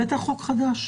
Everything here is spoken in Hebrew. בטח חוק חדש.